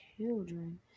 children